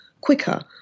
quicker